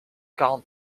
quarante